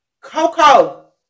Coco